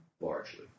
largely